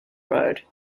road